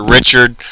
Richard